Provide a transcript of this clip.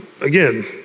again